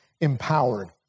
empowered